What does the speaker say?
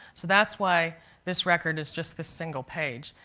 so that's why this record is just this single page.